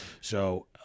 So-